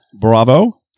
Bravo